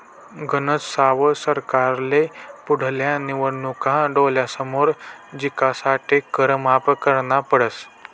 गनज साव सरकारले पुढल्या निवडणूका डोळ्यासमोर जिंकासाठे कर माफ करना पडस